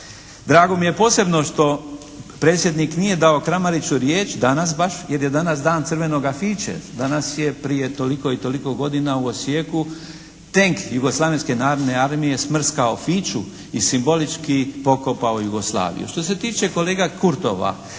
Drago mi je posebno što predsjednik nije dao Kramariću riječ danas baš jer je danas dan crvenoga fiće. Danas je prije toliko i toliko godina u Osijeku tenk Jugoslavenske narodne armije smrskao fiću i simbolički pokopao Jugoslaviju. Što se tiče kolege Kurtova